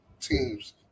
teams